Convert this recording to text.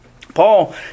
Paul